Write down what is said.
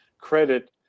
credit